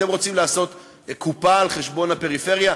אתם רוצים לעשות קופה על חשבון הפריפריה?